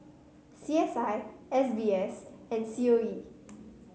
C S I S B S and C O E